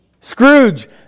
Scrooge